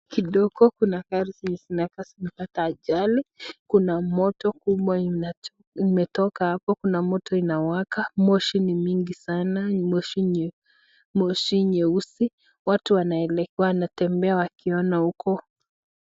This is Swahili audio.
Kidogo kuna gari zenye zinakaa zimepata ajali, kuna moto kubwa inacho imetoka hapo, kuna moto inawaka. Moshi ni mingi sana, moshi nye, moshi nyeusi. Watu wanaele wanatembea wakiona huko.